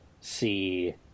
See